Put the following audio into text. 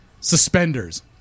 suspenders